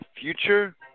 future